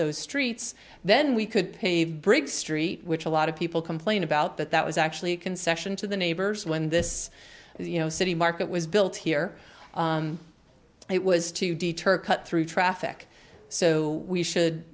those streets then we could pave briggs street which a lot of people complain about but that was actually a concession to the neighbors when this you know city market was built here it was to deter cut through traffic so we should